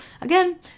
again